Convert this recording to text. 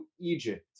Egypt